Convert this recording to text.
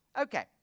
Okay